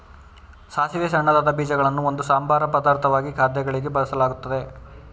ಸಾಸಿವೆಯ ಸಣ್ಣದಾದ ಬೀಜಗಳನ್ನು ಒಂದು ಸಂಬಾರ ಪದಾರ್ಥವಾಗಿ ಖಾದ್ಯಗಳಿಗೆ ಬಳಸಲಾಗ್ತದೆ